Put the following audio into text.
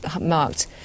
marked